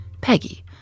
Peggy